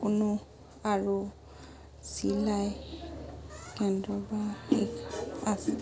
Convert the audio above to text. কোনো আৰু চিলাই কেন্দ্ৰ বা আছে